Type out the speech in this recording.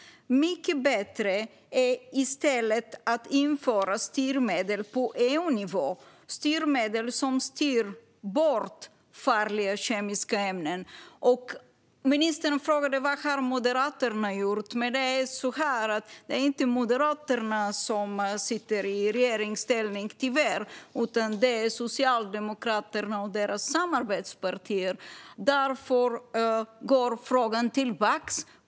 Det är i stället mycket bättre att på EU-nivå införa styrmedel som styr bort från farliga kemiska ämnen. Ministern frågade vad Moderaterna har gjort. Det är tyvärr inte Moderaterna som sitter i regeringsställning. Det gör Socialdemokraterna, som styr tillsammans med sina samarbetspartier. Därför går frågan tillbaka.